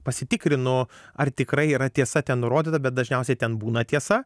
pasitikrinu ar tikrai yra tiesa ten nurodyta bet dažniausiai ten būna tiesa